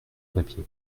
papier